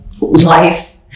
life